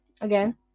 again